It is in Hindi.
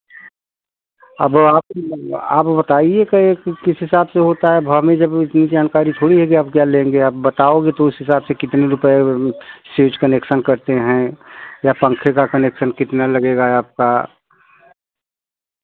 अब आप आप बताईए कि किस हिसाब से होता है अब हमें जब इसकी जानकारी थोड़ी है कि आप क्या लेंगे आप बताओगे तो उस हिसाब से कितने रुपये किस चीज़ का कनेक्शन करते हैं या पंखे का कनेक्शन कितना लगेगा आपका